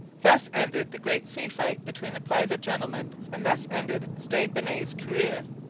thus ended the great sea-fight between the private gentlemen, and thus ended stede bonnet's career.